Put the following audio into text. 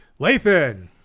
Lathan